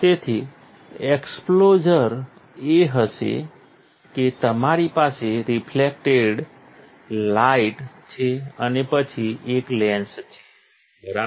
તેથી એક્સપોઝર એ હશે કે તમારી પાસે રિફ્લેક્ટેડ લાઇટ છે અને પછી એક લેન્સ છે બરાબર